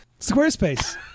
Squarespace